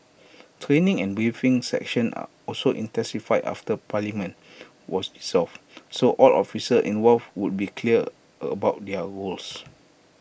training and briefing session are also intensified after parliament was solved so all officer involved would be clear about their roles